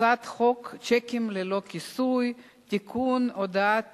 הצעת חוק שיקים ללא כיסוי (תיקון מס' 9) (הודעה